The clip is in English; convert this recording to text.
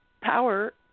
power